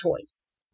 choice